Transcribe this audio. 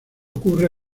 ocurre